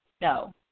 No